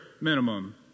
minimum